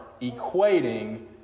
equating